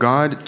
God